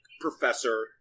professor